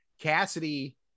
Cassidy